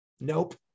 Nope